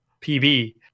PB